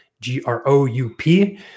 G-R-O-U-P